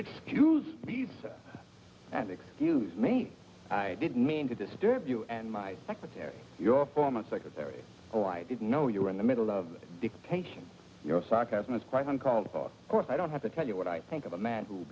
excuse b's and excuse me i didn't mean to disturb you and my secretary your former secretary or i didn't know you were in the middle of dictation you know sarcasm is present called of course i don't have to tell you what i think of a man who